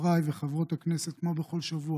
חברי וחברות הכנסת, כמו בכל שבוע,